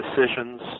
decisions